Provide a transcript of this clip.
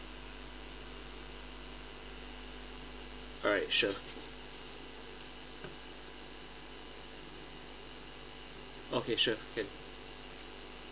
alright sure okay sure can